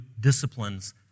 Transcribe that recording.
disciplines